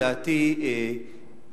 לדעתי,